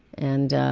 and